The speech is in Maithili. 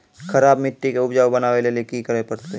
खराब मिट्टी के उपजाऊ बनावे लेली की करे परतै?